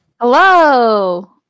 Hello